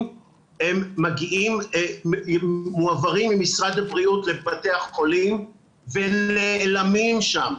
והם מועברים ממשרד הבריאות לבתי החולים ונעלמים שם,